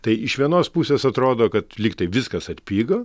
tai iš vienos pusės atrodo kad lygtai viskas atpigo